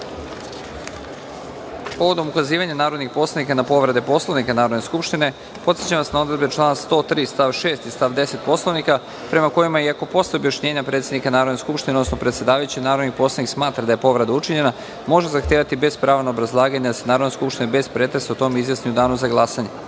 ukazivanja narodnih poslanika na povrede Poslovnika Narodne skupštine, podsećam vas na odredbe člana 103. stav 6. i stav 10. Poslovnika, prema kojima ako i posle objašnjenja predsednika Narodne skupštine, odnosno predsedavajućeg, narodni poslanik smatra da je povreda učinjena, može zahtevati, bez prava na obrazlaganje, da se Narodna skupština, bez pretresa, o tome izjasni u danu za glasanje. Prelazimo